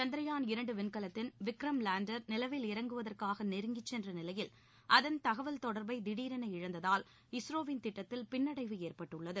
சந்திரயான் இரண்டு விண்கலத்தின் விக்ரம் லேண்டர் நிலவில் இறங்குவதற்காக நெருங்கிச் சென்ற நிலையில் அதன் தகவல் தொடர்பை திடீரென இழந்ததால் இஸ்ரோவின் திட்டத்தில் பின்னடைவு ஏற்பட்டுள்ளது